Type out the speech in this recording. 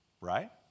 right